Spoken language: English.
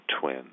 twin